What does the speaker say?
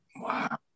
wow